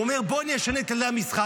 הוא אומר: בואו אני אשנה את כללי המשחק,